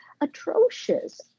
atrocious